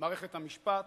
מערכת המשפט,